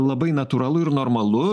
labai natūralu ir normalu